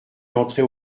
entrait